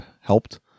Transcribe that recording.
helped